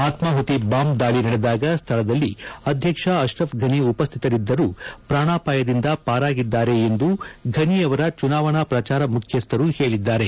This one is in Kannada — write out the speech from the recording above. ಆತ್ವಾಹುತಿ ಬಾಂಬ್ ದಾಳಿ ನಡೆದಾಗ ಸ್ಥಳದಲ್ಲಿ ಅಧ್ವಕ್ಷ ಅಶ್ರಫ್ ಫನಿ ಉಪಸ್ಥಿತರಿದ್ದರೂ ಪ್ರಾಣಾಪಾಯದಿಂದ ಪಾರಾಗಿದ್ದಾರೆ ಎಂದು ಫನಿ ಅವರ ಚುನಾವಣಾ ಪ್ರಚಾರ ಮುಖ್ಯಸ್ಥರು ಹೇಳಿದ್ದಾರೆ